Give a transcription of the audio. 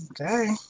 okay